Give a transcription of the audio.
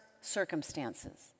circumstances